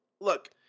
look